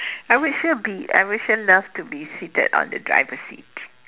I would sure be I would sure love to be seated on the driver's seat